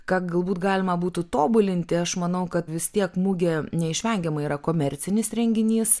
ką galbūt galima būtų tobulinti aš manau kad vis tiek mugė neišvengiamai yra komercinis renginys